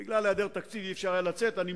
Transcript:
ובגלל העדר תקציב לא היה אפשר לצאת עם זה.